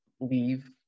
leave